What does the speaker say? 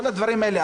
כל הדברים האלה.